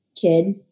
kid